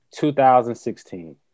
2016